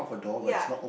ya